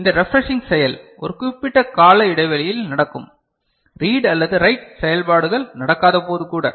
எனவே இந்த ரெப்ரெஷ்ஷிங் செயல் ஒரு குறிப்பிட்ட கால இடைவெளியில் நடக்கும் ரீட் அல்லது ரைட் செயல்பாடுகள் நடக்காதபோது கூட